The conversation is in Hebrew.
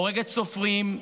הורגת סופרים,